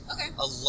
Okay